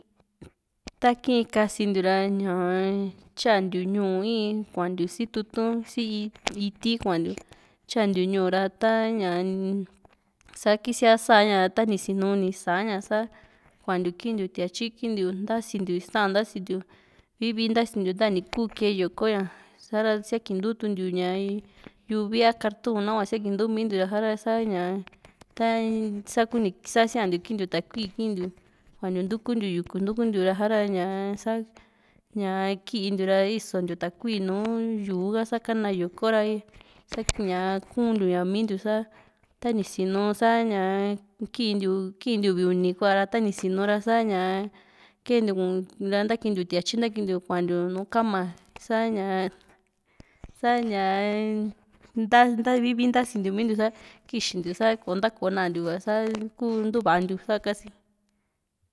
ta kii´n kasintiu ra ña tyantiu ñu´u i´iin kuantiu si tutu´n si iti kuantiu tyantiu ñu´u ra ta ña ni sa kisiaa sa´a ña tani sinu ni sa´a ña sa kuantiu kintiu tuatyi kintiu ntasi ntiu ista´an ntasintiu vii vii ntasintiu ta´va ni kuu kee yoko ña sa´ra siakintuu ntiu´ña yuvi a kartun nahua siakimi ntiu sa´ra sa ña ta saku sa siantiu kiin tiu takui kintiu kuantiu ntukuntiu yuku ntukuntiu ra sa´ra ña sa ñaa kii´ntiu ra iso ntiu takui nùù yu´u ha´sa kana yoko ra sa ña kuntiu ña mintiu sa tani sinu sa ña kiintiu kintiu uvi uni kua ra tani sinu ra sa ña keentiu kuantiu ra ntakintiu tiatyi ntakintiu kuantiu nùù Kama sa´ña sa´ñaa nta vii vii ntasintiu mintiu sa kixintiu sa ko´o ntako nantiu sa kuu ntuvan tiu sa´a kasi´n.